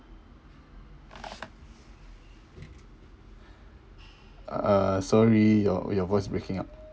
uh sorry your your voice breaking up